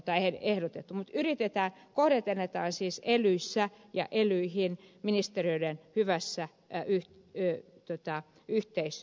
mutta yritetään korjata näitä asioita siis elyissä ja elyihin ministeriöiden hyvässä yhteistyössä